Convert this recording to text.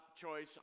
choice